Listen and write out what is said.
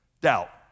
Doubt